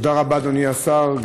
תודה רבה, אדוני השר.